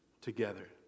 together